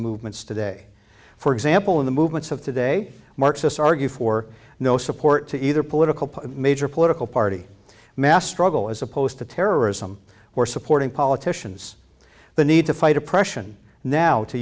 movements today for example in the movements of today marxist argue for no support to either political party major political party mass struggle as opposed to terrorism or supporting politicians the need to fight oppression now to